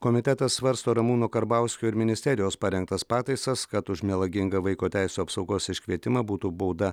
komitetas svarsto ramūno karbauskio ir ministerijos parengtas pataisas kad už melagingą vaiko teisių apsaugos iškvietimą būtų bauda